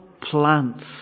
plants